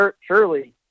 surely